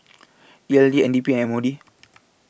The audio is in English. E L D N D P and M O D